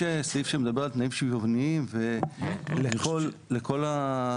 יש סעיף שמדבר על תנאים שוויוניים ולכל הספקים.